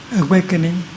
awakening